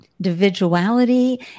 individuality